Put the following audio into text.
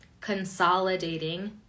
consolidating